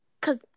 Cause